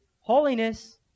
Holiness